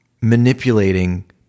manipulating